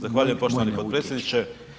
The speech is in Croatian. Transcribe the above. Zahvaljujem poštovani potpredsjedniče.